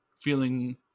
feeling